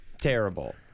Terrible